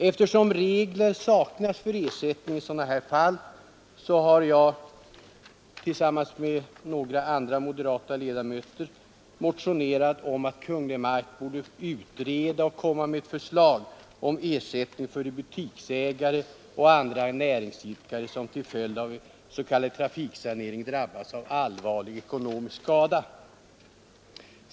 Eftersom regler saknas för ersättning i sådana här fall har jag tillsammans med några andra moderata ledamöter motionerat om att Kungl. Maj:t borde utreda och framlägga förslag om ersättning för de butiksägare och andra näringsidkare som till följd av s.k. trafiksanering drabbas av allvarlig ekonomisk skada.